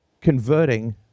converting